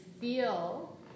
feel